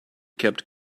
kept